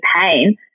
pain